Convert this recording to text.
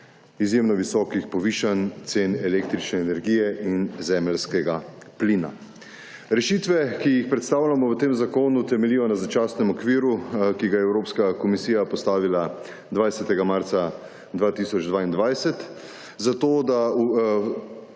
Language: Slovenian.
izjemno visokih povišanj cen električne energije in zemeljskega plina. Rešitve, ki jih predstavljamo v tem zakonu, temeljijo na začasnem okviru, ki ga je Evropska komisija postavila 20. marca 2022, zato, da